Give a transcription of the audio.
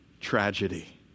tragedy